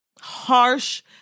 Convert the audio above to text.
harsh